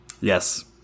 Yes